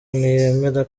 ntiyemera